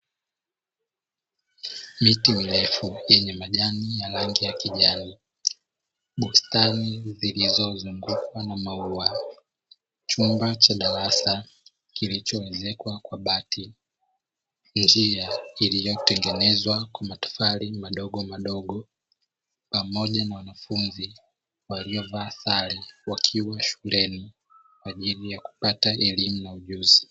Miti mirefu yenye majani ya rangi ya kijani, bustani zilizozungukwa na maua, chumba cha darasa kilicho ezekwa kwa bati, njia iliyotengenezwa kwa matofari madogo madogo pamoja na wanafunzi waliovaa sare wakiwa shuleni kwa ajili ya kupata elimu na ujuzi.